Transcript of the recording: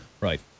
Right